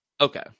okay